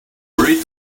worried